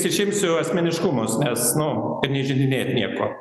išimsiu asmeniškumus nes nu kad neįžeidinėt nieko